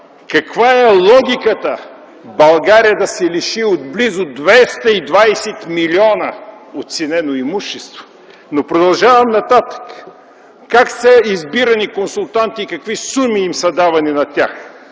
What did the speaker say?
каква е логиката България да се лиши от близо 220 милиона оценено имущество? Продължавам нататък, как са избирани консултанти и какви суми са им давани на тях?